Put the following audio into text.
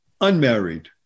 unmarried